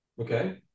Okay